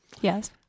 Yes